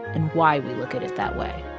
and why we look at it that way.